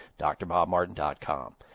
drbobmartin.com